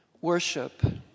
Worship